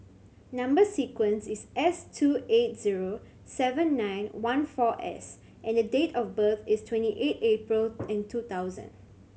number sequence is S two eight zero seven nine one four S and the date of birth is twenty eight April and two thousand